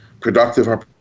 productive